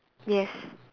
yes